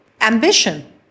ambition